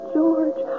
George